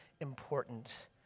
important